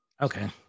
Okay